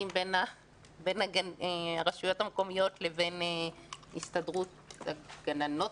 בין הרשויות המקומיות לבין הסתדרות הגננות,